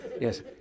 Yes